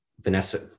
vanessa